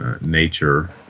nature